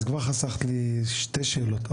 אז כבר חסכת לי שתי שאלות.